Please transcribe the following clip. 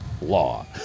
law